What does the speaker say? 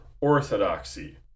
Orthodoxy